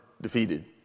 defeated